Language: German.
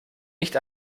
nicht